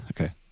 Okay